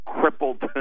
crippled